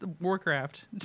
Warcraft